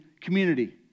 community